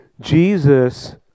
Jesus